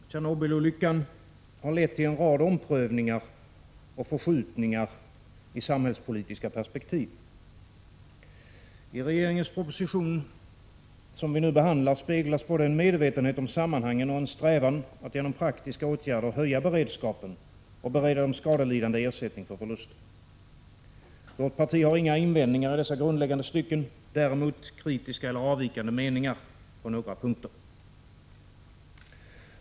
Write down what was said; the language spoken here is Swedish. Herr talman! Tjernobylolyckan har lett till en rad omprövningar och förskjutningar i samhällspolitiska perspektiv. I regeringens proposition, som vi nu behandlar, speglas både en medvetenhet om sammanhangen och en strävan att genom praktiska åtgärder höja beredskapen och bereda de skadelidande ersättning för förluster. Vårt parti har inga invändningar i dessa grundläggande stycken, däremot en del kritiska eller avvikande meningar på några punkter.